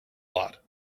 lot